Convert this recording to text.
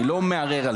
אני לא מערער על זה.